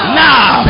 now